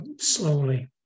slowly